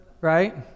right